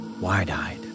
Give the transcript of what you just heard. wide-eyed